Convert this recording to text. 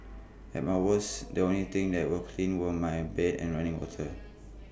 at my worst the only things that were clean were my bed and running water